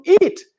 eat